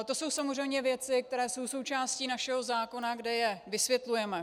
To jsou samozřejmě věci, které jsou součástí našeho zákona, kde je vysvětlujeme.